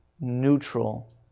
neutral